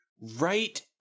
right